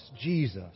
Jesus